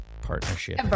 partnership